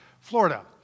Florida